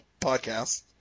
podcast